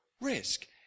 risk